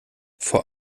vor